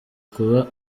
kuba